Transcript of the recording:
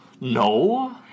No